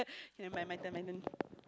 okay nevermind my turn my turn